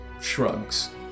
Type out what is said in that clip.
shrugs